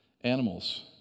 animals